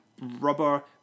rubber